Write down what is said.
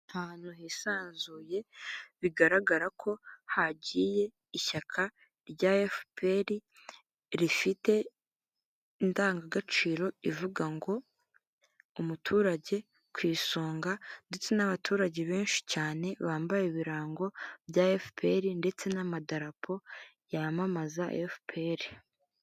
Ahantu hisanzuye bigaragara ko hagiye ishyaka rya Efuperi rifite indangagaciro ivuga ngo umuturage ku isonga ndetse n'abaturage benshi cyane bambaye ibirango bya Efuperi ndetse n'amadarapo yamamaza Efuperi,